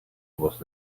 was